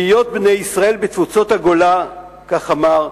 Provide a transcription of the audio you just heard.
בהיות בני ישראל בתפוצות הגולה, כך אמר,